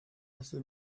has